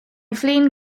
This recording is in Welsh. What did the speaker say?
flin